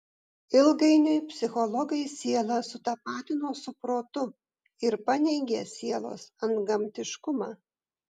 ilgainiui psichologai sielą sutapatino su protu ir paneigė sielos antgamtiškumą